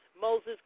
Moses